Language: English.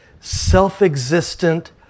self-existent